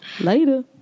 Later